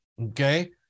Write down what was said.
okay